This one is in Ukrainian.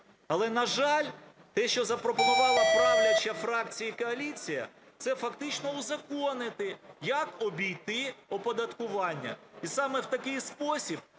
Але, на жаль, те, що запропонувала правляча фракція і коаліція, це фактично узаконити, як обійти оподаткування. І саме в такий спосіб